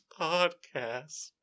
Podcast